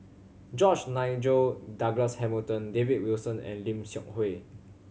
George Nigel Douglas Hamilton David Wilson and Lim Seok Hui